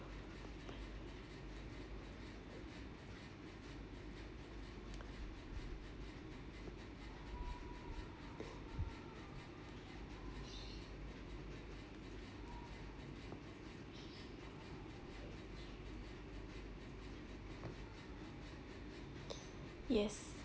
yes